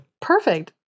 Perfect